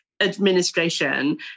administration